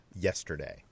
yesterday